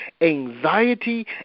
Anxiety